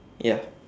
ya